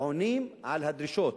עונים על הדרישות,